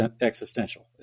existential